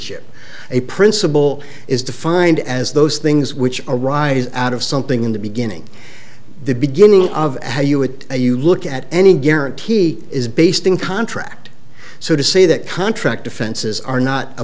ship a principle is defined as those things which arise out of something in the beginning the beginning of how you would say you look at any guarantee is based in contract so to say that contract offenses are not a